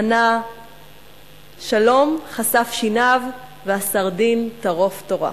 / ענה 'שלום', חשף שיניו / והסרדין טרוף טורף".